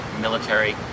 military